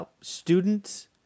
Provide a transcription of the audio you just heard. students